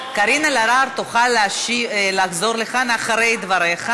קארין אלהרר תוכל לחזור לכאן אחרי דבריך,